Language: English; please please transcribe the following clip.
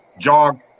jog